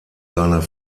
seiner